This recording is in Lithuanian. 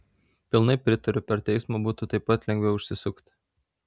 pilnai pritariu per teismą būtų taip pat lengviau išsisukti